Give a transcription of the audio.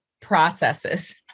processes